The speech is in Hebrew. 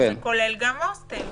שזה כולל גם הוסטל.